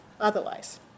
otherwise